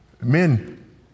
Men